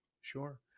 Sure